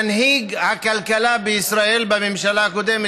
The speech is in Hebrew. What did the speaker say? מנהיג הכלכלה בישראל בממשלה הקודמת,